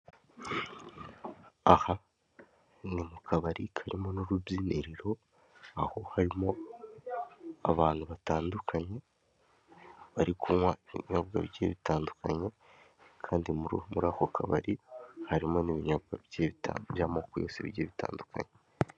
Aha ni mu kabari karimo n'urubyiniriro, aho harimo abantu batandukanye bari kunywa ibinyobwa bigiye bitandukanye kandi muri ako kabari harimo n'ibinyobwa by'amoko yose bigiye bitandukanye.